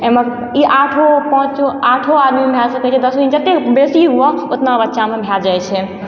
एहिमे ई आठो पाँचो आठो आदमी भए सकैत छै दसो जतेक बेसी हुअ ओतना बच्चामे भए जाइ छै